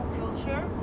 culture